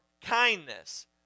kindness